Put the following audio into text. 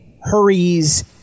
hurries